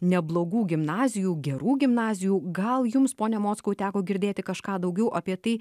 neblogų gimnazijų gerų gimnazijų gal jums pone mockau teko girdėti kažką daugiau apie tai